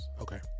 Okay